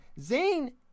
Zane